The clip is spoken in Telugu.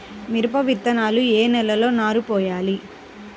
మిరప విత్తనాలు ఏ నెలలో నారు పోయాలి?